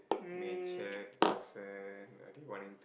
natured person or do you want him to